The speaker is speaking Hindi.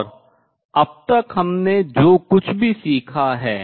और अब तक हमने जो कुछ भी सीखा है